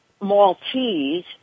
Maltese